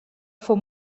fou